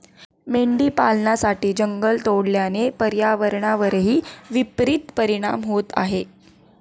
मेंढी पालनासाठी जंगल तोडल्याने पर्यावरणावरही विपरित परिणाम होत आहे